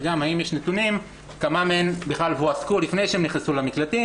וגם אם יש נתונים כמה מהן בכלל הועסקו לפני שהן נכנסנו למקלטים,